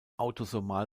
autosomal